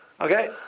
Okay